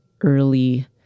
early